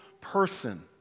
person